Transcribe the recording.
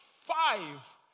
five